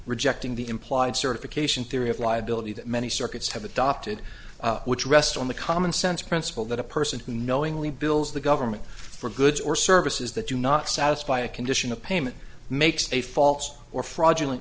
rejecting the implied certification theory of liability that many circuits have adopted which rests on the common sense principle that a person who knowingly bills the government for goods or services that do not satisfy a condition of payment makes a false or fraudulent